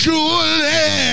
Surely